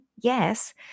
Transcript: yes